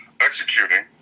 executing